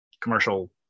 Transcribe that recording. commercial